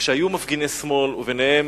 כשמפגיני שמאל, וביניהם